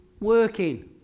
working